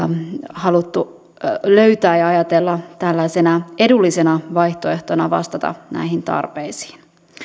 haluttu löytää ja ajatella tällaisena edullisena vaihtoehtona vastata näihin tarpeisiin